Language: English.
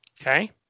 Okay